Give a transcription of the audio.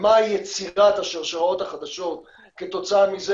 ומהי יצירת השרשראות החדשות כתוצאה מזה